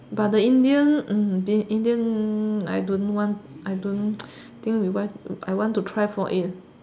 but the Indian um the Indian I don't want I don't think we want I want to try for yet